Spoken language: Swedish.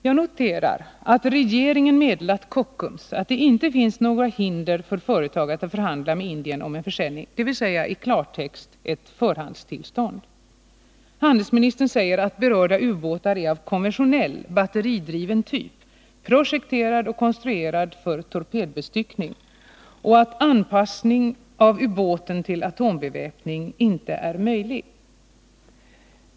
Jag noterar att regeringen meddelat Kockums att det inte finns något hinder för företaget att förhandla med Indien om en försäljning i klartext ett förhandstillstånd. Handelsministern säger att berörda ubåtar är av konventionell batteridriven typ, projekterad och konstruerad för torpedbestyckning, och att en anpassning av ubåten till atombeväpning inte är möjlig.